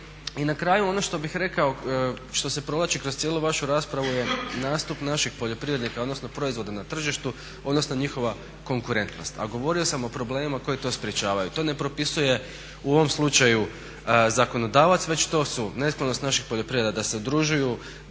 I na kraju, ono što bih rekao što se provlači kroz cijelu vašu raspravu je nastup naših poljoprivrednika, odnosno proizvoda na tržištu, odnosno njihova konkurentnost, a govorio sam o problemima koji to sprječavaju. To ne propisuje u ovom slučaju zakonodavac već to su nesklonost naših poljoprivreda da se udružuju,